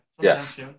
Yes